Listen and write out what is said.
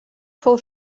fou